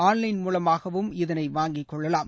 online மூலமாகவும் இதனைவாங்கிக் கொள்ளலாம்